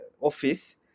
office